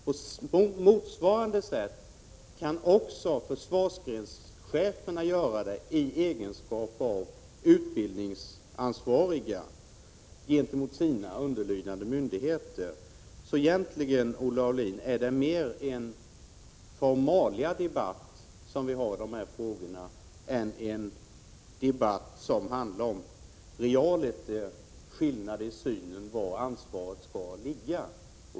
På motsvarande sätt kan försvarsgrenscheferna gå in i egenskap av utbildningsansvariga när det gäller myndigheter som lyder under dem. Så egentligen, Olle Aulin, är det mer en formaliadebatt som vi för i dessa frågor än en debatt som realiter handlar om skillnad i synen på var ansvaret skall ligga.